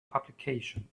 publication